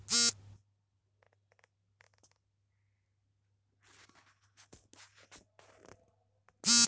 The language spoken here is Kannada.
ಅರಣ್ಯನಾಶದಿಂದ ಕಾಡು ಪ್ರಾಣಿಗಳು ವಾಸಸ್ಥಾನ ಕಳೆದುಕೊಳ್ಳುತ್ತವೆ ಮತ್ತು ಇದರಿಂದ ಹವಾಮಾನ ವೈಪರಿತ್ಯ ಉಂಟಾಗುತ್ತದೆ